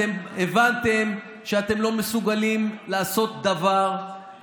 אתם הבנתם שאתם לא מסוגלים לעשות דבר,